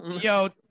Yo